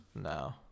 No